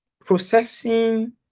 processing